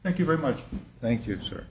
thank you very much thank you sir